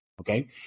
Okay